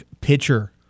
pitcher